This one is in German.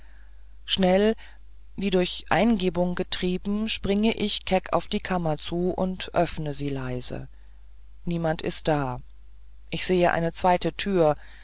schnell wie durch eingebung getrieben spring ich keck auf die kammer zu und öffne ganz leise niemand ist da ich sehe eine zweite tür